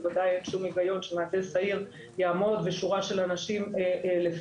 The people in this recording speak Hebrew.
בוודאי אין שום היגיון שמהנדס העיר יעמוד ושורה של אנשים לפניו